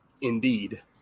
Indeed